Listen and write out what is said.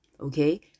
okay